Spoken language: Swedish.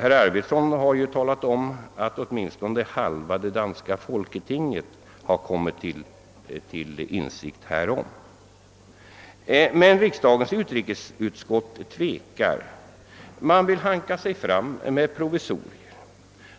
Herr Arvidson har redan påpekat att åtminstone halva det danska folketinget har kommit till insikt om dessa förhållanden. Men riksdagens utrikesutskott tvekar. Man vill hanka sig fram med provisorier.